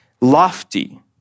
lofty